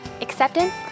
acceptance